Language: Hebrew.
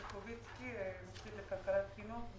מומחית לכלכלת חינוך,